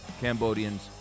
Cambodians